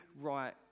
right